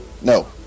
No